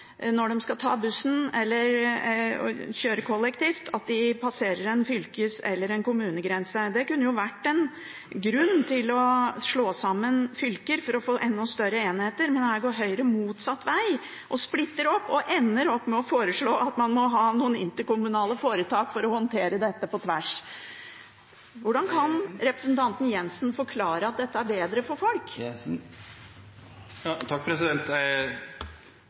når de skal ta bussen eller kjøre kollektivt. Det kunne ha vært en grunn til å slå sammen fylker for å få enda større enheter, men her går Høyre motsatt vei; de splitter opp og ender opp med å foreslå at man må ha noen interkommunale foretak for å håndtere dette på tvers. Hvordan kan representanten Jenssen forklare at dette er bedre for folk? Jeg kan slutte meg til at det er